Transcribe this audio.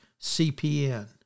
cpn